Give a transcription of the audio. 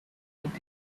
what